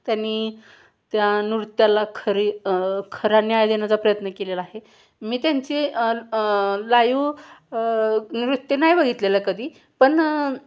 त्यांनी त्या नृत्याला खरी खरा न्याय देण्याचा प्रयत्न केलेला आहे मी त्यांचे ला लाईव नृत्य नाही बघितलेलं कधी पण